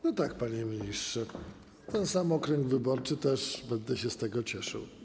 No tak, panie ministrze, ten sam okręg wyborczy, też będę się z tego cieszył.